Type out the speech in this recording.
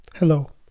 Hello